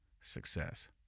success